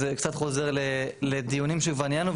זה קצת חוזר לדיונים שכבר ניהלנו.